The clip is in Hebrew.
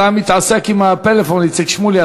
אתה מתעסק עם הפלאפון, איציק שמולי.